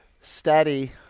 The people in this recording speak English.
Steady